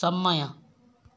ସମୟ